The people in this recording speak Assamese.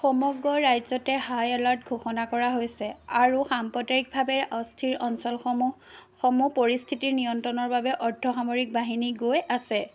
সমগ্ৰ ৰাজ্যতে হাই এলাৰ্ট ঘোষণা কৰা হৈছে আৰু সাম্প্ৰদায়িকভাৱে অস্থিৰ অঞ্চলসমূহ সমূহ পৰিস্থিতি নিয়ন্ত্ৰণৰ বাবে অৰ্ধসামৰিক বাহিনী গৈ আছে